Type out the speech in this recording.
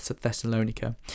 Thessalonica